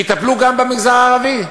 שיטפלו גם במגזר הערבי.